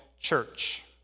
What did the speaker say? church